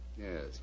Yes